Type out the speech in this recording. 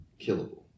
killable